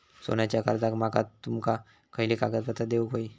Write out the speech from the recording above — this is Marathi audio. सोन्याच्या कर्जाक माका तुमका खयली कागदपत्रा देऊक व्हयी?